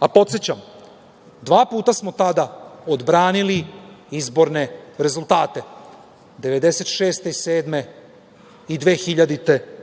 da smo dva puta tada odbranili izborne rezultate – 1996. i 1997. i 2000. godine